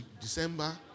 December